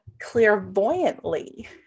clairvoyantly